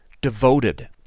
devoted